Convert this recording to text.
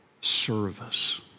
service